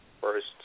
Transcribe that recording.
First